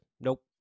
nope